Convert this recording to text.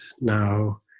now